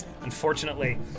Unfortunately